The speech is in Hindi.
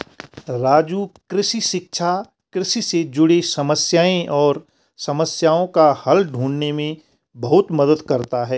राजू कृषि शिक्षा कृषि से जुड़े समस्याएं और समस्याओं का हल ढूंढने में बहुत मदद करता है